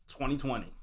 2020